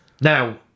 Now